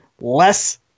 less